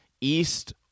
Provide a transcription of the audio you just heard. east